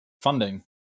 funding